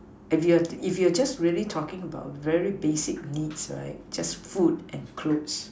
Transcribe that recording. if you're if you're just really talking about very basic needs right just food and clothes